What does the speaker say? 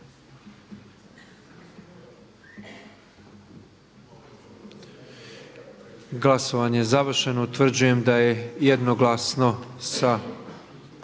Glasovanje je završeno. Utvrđujem da smo većinom glasova